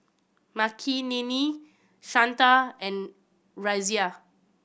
Makineni Santha and Razia